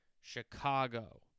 Chicago